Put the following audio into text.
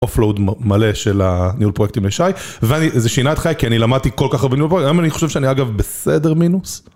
אוף לואוד מלא של הניהול פרויקטים לשי, וזה שינה את חיי כי אני למדתי כל כך הרבה ניהול פרויקטים, היום אני חושב שאני אגב בסדר מינוס.